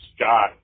Scott